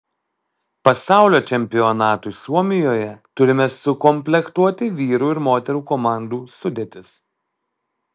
pasaulio čempionatui suomijoje turime sukomplektuoti vyrų ir moterų komandų sudėtis